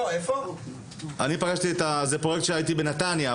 זה פרויקט שנמצא בנתניה,